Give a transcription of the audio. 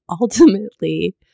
ultimately